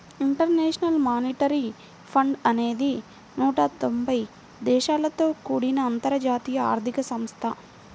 international monetary fund అనేది నూట తొంబై దేశాలతో కూడిన అంతర్జాతీయ ఆర్థిక సంస్థ